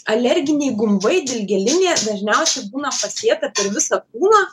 alerginiai gumbai dilgėlinė dažniausiai būna pasėta per visą kūną